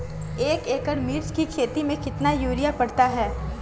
एक एकड़ मिर्च की खेती में कितना यूरिया पड़ता है?